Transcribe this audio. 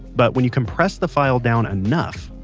but when you compress the file down enough,